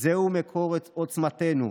זהו מקור עוצמתנו,